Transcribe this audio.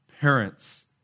parents